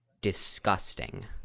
disgusting